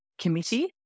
committee